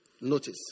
notice